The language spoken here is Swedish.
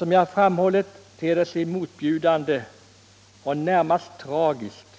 Som jag framhållit ter det sig motbjudande och närmast tragiskt